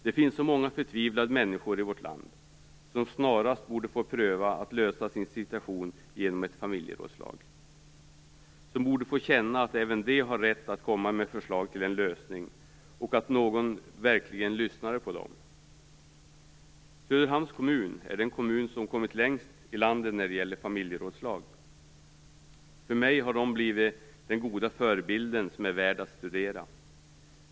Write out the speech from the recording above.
Det finns så många förtvivlade människor i vårt land som snarast borde få pröva att lösa sin situation genom ett familjerådslag och som borde få känna att även de har rätt att komma med förslag till en lösning och att någon verkligen lyssnar på dem. Söderhamns kommun är den kommun som har kommit längst i landet när det gäller familjerådslag. För mig har denna kommun blivit den goda förebilden, och den är värd att studera.